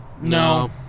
No